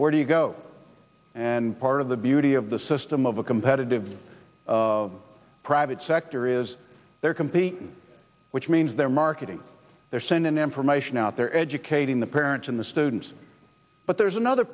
where do you go and part of the beauty of the system of a competitive private sector is they're competing which means their marketing their send an information out there educating the parents and the students but there's another